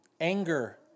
Anger